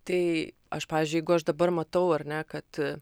tai aš pavyzdžiui jeigu aš dabar matau ar ne kad